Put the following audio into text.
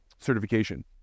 certification